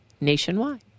nationwide